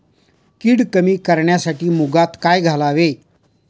कीड कमी करण्यासाठी मुगात काय घालावे?